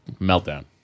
meltdown